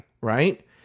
right